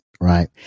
right